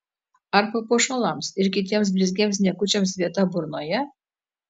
ar papuošalams ir kitiems blizgiems niekučiams vieta burnoje